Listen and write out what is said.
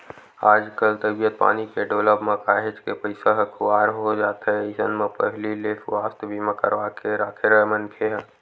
आजकल तबीयत पानी के डोलब म काहेच के पइसा ह खुवार हो जाथे अइसन म पहिली ले सुवास्थ बीमा करवाके के राखे मनखे ह